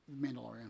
Mandalorian